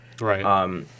Right